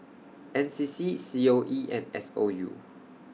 N C C C O E and S O U